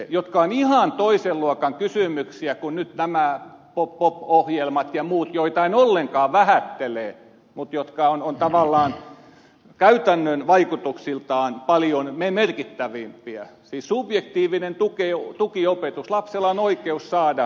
ne asiat ovat ihan toisen luokan kysymyksiä kuin nyt nämä pop ohjelmat ja muut joita en ollenkaan vähättele mutta ne ovat käytännön vaikutuksiltaan paljon merkittävämpiä siis subjektiivinen oikeus tukiopetukseen lapsella on oikeus saada oppimisvaikeuksiinsa tukea